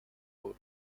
توقع